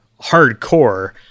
hardcore